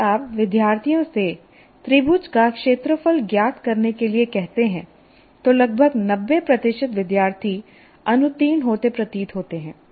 यदि आप विद्यार्थियों से त्रिभुज का क्षेत्रफल ज्ञात करने के लिए कहते हैं तो लगभग 90 प्रतिशत विद्यार्थी अनुत्तीर्ण होते प्रतीत होते हैं